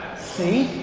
see?